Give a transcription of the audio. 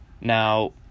Now